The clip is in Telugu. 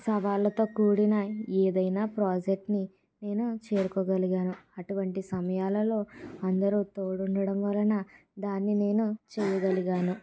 సవాళ్లతో కూడిన ఏదైనా ప్రాజెక్టు ని నేను చేరుకోగలిగాను అటువంటి సమయాలలో అందరూ తోడు ఉండడం వలన దాన్ని నేను చేయగలిగాను